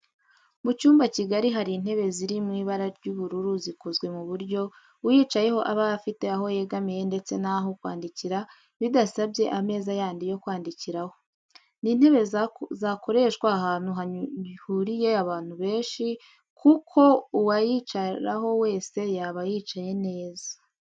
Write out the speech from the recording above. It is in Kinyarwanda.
Mu cyumba kigari hari intebe ziri mu ibara ry'ubururu zikozwe ku buryo uyicayeho aba afite aho yegamira ndetse n'aho kwandikira bidasabye ameza yandi yo kwandikiraho. Ni intebe zakoreshwa ahantu hahuriye abantu benshi kuko uwayicaraho wese yaba yicaye neza